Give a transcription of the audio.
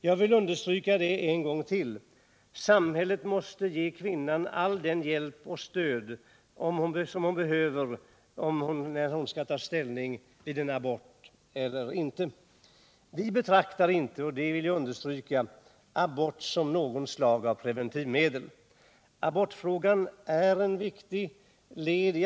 Jag vill understryka det en gång till: Samhället måste ge kvinnan all den hjälp och allt det stöd som hon behöver när hon skall ta ställning till frågan om abort eller inte. Vi betraktar inte — det vill jag understryka — abort som något slags preventivmedel.